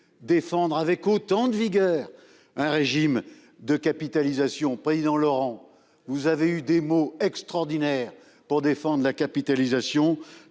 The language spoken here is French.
défendre avec autant de vigueur un régime de capitalisation. Cher Pierre Laurent, vous avez eu des mots extraordinaires pour défendre la capitalisation,